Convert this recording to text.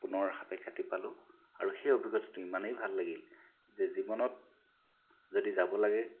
পুনৰ সাপেখাতী পালোঁ আৰু সেই অভিজ্ঞতাটো ইমানেই ভাল লাগিল যে যদি জীৱনত যদি যাব লাগে